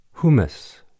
Humus